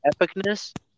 epicness